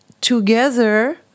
together